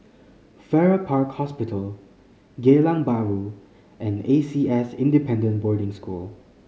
Farrer Park Hospital Geylang Bahru and A C S Independent Boarding School